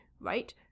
Right